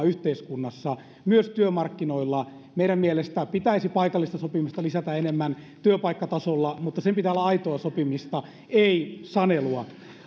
yhteiskunnassa myös työmarkkinoilla meidän mielestämme pitäisi paikallista sopimista lisätä enemmän työpaikkatasolla mutta sen pitää olla aitoa sopimista ei sanelua